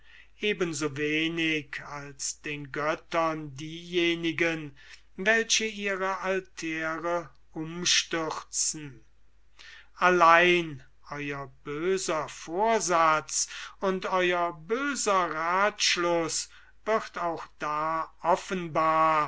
so wenig als den göttern diejenigen welche ihre altäre umstürzen allein euer böser vorsatz und euer böser rathschluß wird auch da offenbar